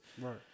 Right